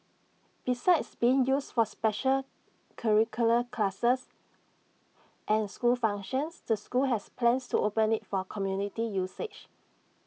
besides being used for special curricular classes and school functions the school has plans to open IT for community usage